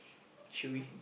should we